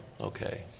Okay